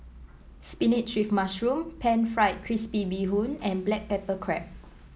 spinach with mushroom pan fried crispy Bee Hoon and Black Pepper Crab